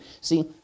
see